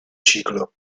ciclo